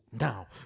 now